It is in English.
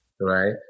right